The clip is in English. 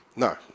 No